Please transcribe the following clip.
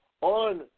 on